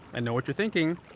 and know what you're thinking.